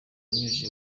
abinyujije